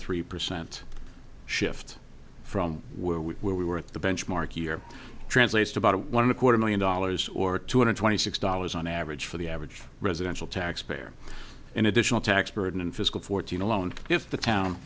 three percent shift from where we were we were at the benchmark year translates to about one a quarter million dollars or two hundred twenty six dollars on average for the average residential taxpayer an additional tax burden in fiscal fourteen alone if the town